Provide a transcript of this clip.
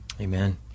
Amen